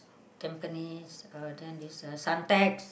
Tampines uh then this uh Suntec